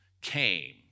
came